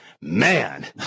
Man